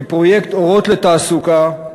בפרויקט "אורות לתעסוקה",